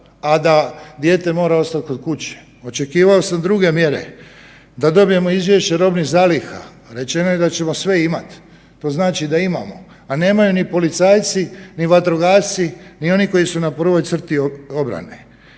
a da dijete mora ostati kod kuće. Očekivao sam druge mjere, da dobijemo izvješće robnih zaliha, rečeno je da ćemo sve imati, to znači da imamo, a nemaju ni policajci, ni vatrogasci, ni oni koji su na prvoj crti obrane.